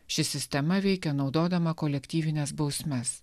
ši sistema veikia naudodama kolektyvines bausmes